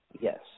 Yes